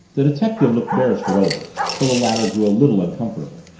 the detective looked beresford over till the latter grew a little uncomfortable.